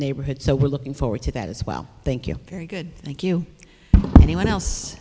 neighborhood so we're looking forward to that as well thank you very good thank you anyone else